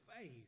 faith